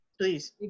Please